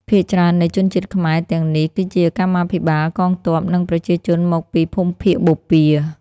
ភាគច្រើននៃជនជាតិខ្មែរទាំងនេះគឺជាកម្មាភិបាល កងទ័ព និងប្រជាជនមកពីភូមិភាគបូព៌ា។